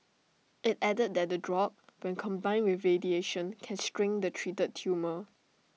IT added that the drug when combined with radiation can shrink the treated tumour